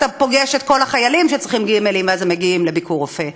אתה פוגש את כל החיילים שצריכים גימ"לים ואז הם מגיעים ל"ביקורופא".